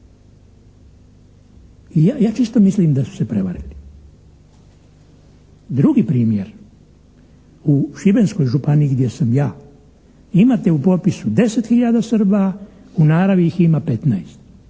i ja isto mislim da su se prevarili. Drugi primjer u Šibenskoj županiji gdje sam ja, imate u popisu 10 hiljada Srba, u naravi ih ima 15.